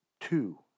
two